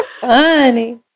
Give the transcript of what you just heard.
funny